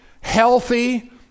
healthy